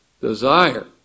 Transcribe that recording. desire